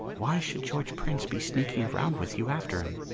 why should george prince be sneaking around with you after him?